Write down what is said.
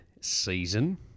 season